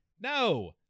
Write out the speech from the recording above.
no